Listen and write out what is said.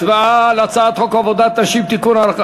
הצבעה על הצעת חוק עבודת נשים (תיקון,